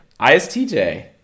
ISTJ